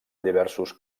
diversos